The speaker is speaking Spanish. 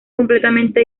completamente